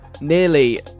nearly